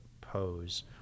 Pose